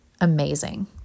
amazing